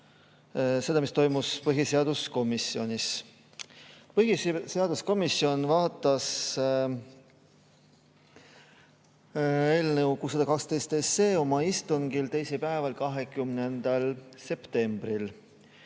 seda, mis toimus põhiseaduskomisjonis. Põhiseaduskomisjon arutas eelnõu 612 oma istungil teisipäeval, 20. septembril.